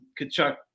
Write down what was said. Kachuk